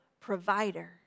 provider